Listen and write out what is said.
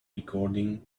recording